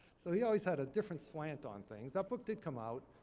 so he always had a different slant on things. that book did come out.